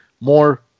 more